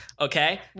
Okay